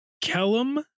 Kellum